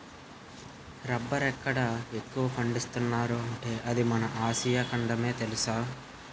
రబ్బరెక్కడ ఎక్కువ పండిస్తున్నార్రా అంటే అది మన ఆసియా ఖండమే తెలుసా?